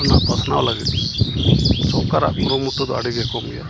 ᱚᱱᱟ ᱯᱟᱥᱱᱟᱣ ᱞᱟᱹᱜᱤᱫ ᱥᱚᱨᱠᱟᱨᱟᱜ ᱠᱩᱨᱩᱢᱩᱴᱩ ᱫᱚ ᱟᱹᱰᱤᱜᱮ ᱠᱚᱢ ᱜᱮᱭᱟ